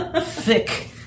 Thick